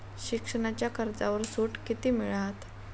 शिक्षणाच्या कर्जावर सूट किती मिळात?